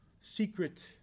secret